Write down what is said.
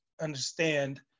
understand